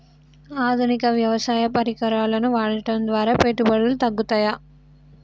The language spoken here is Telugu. ఆధునిక వ్యవసాయ పరికరాలను వాడటం ద్వారా పెట్టుబడులు తగ్గుతయ?